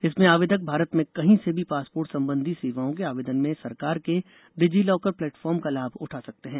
इसमें आवेदक भारत में कहीं से भी पासपोर्ट संबंधी सेवाओं के आवेदन में सरकार के डिजी लॉकर प्लेटफॉर्म का लाभ उठा सकते हैं